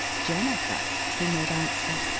jennifer, he made answer.